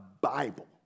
Bible